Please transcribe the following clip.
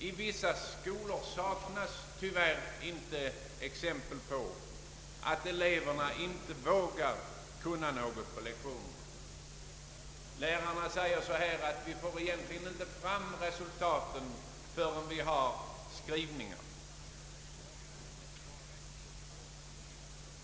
I vissa skolor saknas tyvärr inte exempel på att eleverna inte vågar kunna någonting på lektionerna. Lärarna förklarar att de egentligen inte får fram resultaten förrän på skrivningarna.